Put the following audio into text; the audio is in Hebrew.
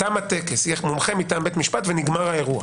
תם הטקס יש מומחה מטעם בית המשפט ונגמר האירוע.